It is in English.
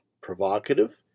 provocative